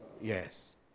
yes